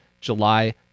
july